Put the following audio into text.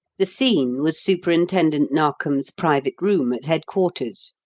the scene was superintendent narkom's private room at headquarters,